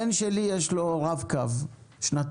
לבן שלי יש רב-קו שנתיים.